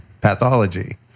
pathology